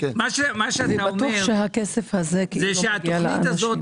מה שאתה אומר זה שהתכנית הזאת,